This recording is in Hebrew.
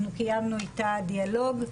אנחנו קיימנו איתה דיאלוג,